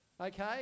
Okay